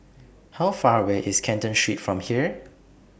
How Far away IS Canton Street from here